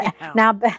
Now